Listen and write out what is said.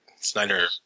Snyder